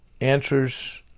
answers